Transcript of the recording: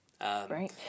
Right